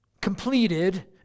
completed